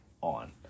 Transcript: on